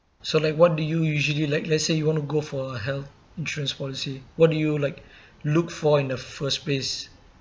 so like what do you usually like let's say you want to go for a health insurance policy what do you like look for in the first place